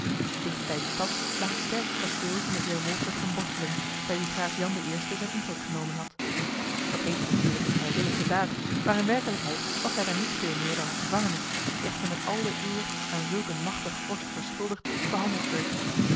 dicht bij die stad lag het sterke kasteel van den heer wolfert van borselen bij wien graaf jan i zijn intrek genomen had dat heette natuurlijk eene vrijwillige daad maar in werkelijkheid was hij daar niet veel meer dan een gevangene die echter met al de eer aan zulk een machtig vorst verschuldigd behandeld werd